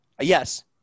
Yes